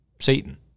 Satan